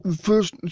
First